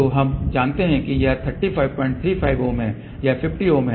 तो हम जानते हैं कि यह 3535 ओम है यह 50 ओम है